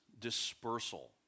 dispersal